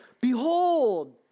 behold